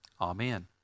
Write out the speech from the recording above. Amen